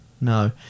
No